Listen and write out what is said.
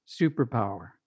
superpower